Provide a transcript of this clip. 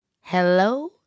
Hello